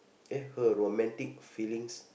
her romantic feelings